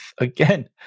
Again